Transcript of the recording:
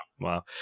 wow